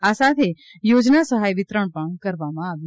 આ સાથે યોજના સહાય વિતરણ કરવામાં આવ્યું હતું